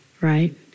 right